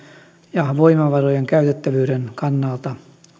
ja voimavarojen käytettävyyden kannalta